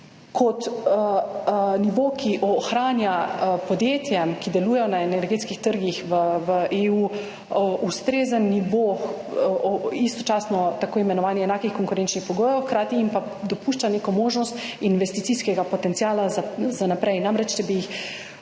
kot nivo, ki ohranja podjetjem, ki delujejo na energetskih trgih v EU, ustrezen nivo istočasno tako imenovanih enakih konkurenčnih pogojev hkrati jim pa dopušča neko možnost investicijskega potenciala za naprej. Namreč, če bi,